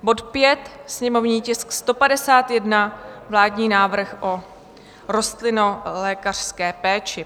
bod 5, sněmovní tisk 151, vládní návrh o rostlinolékařské péči;